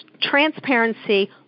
transparency